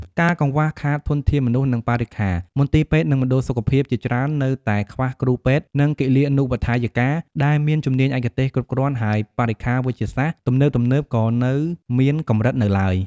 ការកង្វះខាតធនធានមនុស្ស និងបរិក្ខារ មន្ទីរពេទ្យ និងមណ្ឌលសុខភាពជាច្រើននៅតែខ្វះគ្រូពេទ្យ និងគិលានុបដ្ឋាយិកាដែលមានជំនាញឯកទេសគ្រប់គ្រាន់ ហើយបរិក្ខារវេជ្ជសាស្ត្រទំនើបៗក៏នៅមានកម្រិតនៅឡើយ។